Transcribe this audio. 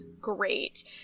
Great